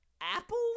Apple